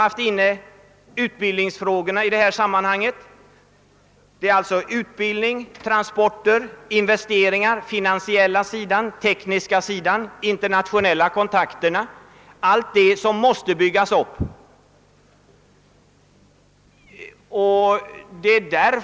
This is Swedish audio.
Också utbildningsfrågorna har nämnts i det här sammanhanget. Utbildning, transporter, investeringar, den finansiella sidan, den tekniska sidan, internationella kontakter — allt detta måste byggas upp.